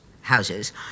houses